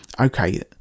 Okay